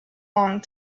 long